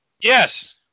Yes